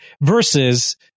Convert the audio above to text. versus